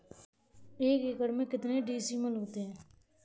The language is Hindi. एक एकड़ में कितने डिसमिल होता है?